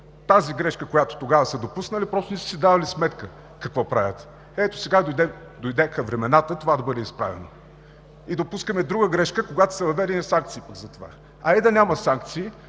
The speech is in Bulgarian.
Тази грешка, която тогава са допуснали, просто не са си давали сметка какво правят. Ето сега дойдоха времената това да бъде изправено и допускаме друга грешка, когато са въведени санкции пък за това. Хайде да няма санкции!